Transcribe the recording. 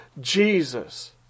Jesus